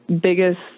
biggest